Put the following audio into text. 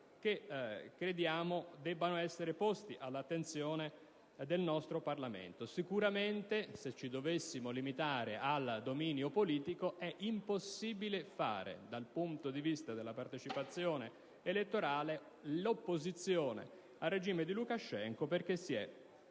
che crediamo debbano essere posti all'attenzione del nostro Parlamento. Se dovessimo limitarci a ciò che è di dominio politico, certamente è impossibile fare, dal punto di vista della partecipazione elettorale, opposizione al regime di Lukashenko, perché si